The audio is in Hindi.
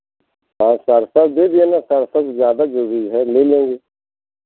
और सरसो भी देना सरसो ज़्यादा जरूरी है ले लेंगे